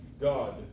God